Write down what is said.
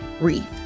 Wreath